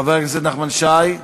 חבר הכנסת נחמן שי,